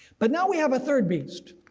but now we have a third beast.